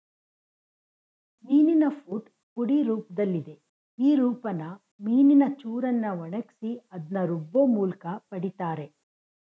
ಮೀನಿನ ಫುಡ್ ಪುಡಿ ರೂಪ್ದಲ್ಲಿದೆ ಈ ರೂಪನ ಮೀನಿನ ಚೂರನ್ನ ಒಣಗ್ಸಿ ಅದ್ನ ರುಬ್ಬೋಮೂಲ್ಕ ಪಡಿತಾರೆ